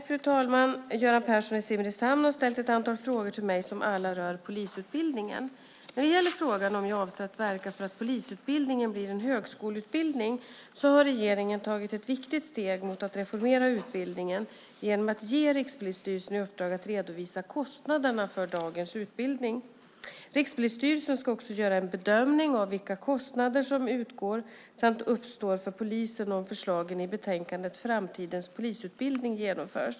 Fru talman! Göran Persson i Simrishamn har ställt ett antal frågor till mig som alla rör polisutbildningen. När det gäller frågan om jag avser att verka för att polisutbildningen blir en högskoleutbildning har regeringen tagit ett viktigt steg mot att reformera utbildningen genom att ge Rikspolisstyrelsen i uppdrag att redovisa kostnaderna för dagens utbildning. Rikspolisstyrelsen ska också göra en bedömning av vilka kostnader som utgår samt uppstår för polisen om förslagen i betänkandet Framtidens polisutbildning genomförs.